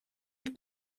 від